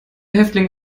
häftling